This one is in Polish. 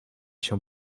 się